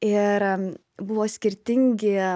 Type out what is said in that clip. ir buvo skirtingi